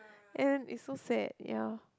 and it's so sad ya